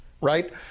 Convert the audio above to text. Right